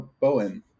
Bowen